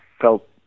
felt